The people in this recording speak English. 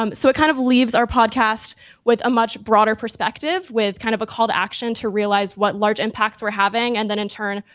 um so it kind of leaves our podcast with a much broader perspective with kind of a call to action to realize what large impacts we're having. and then then in turn,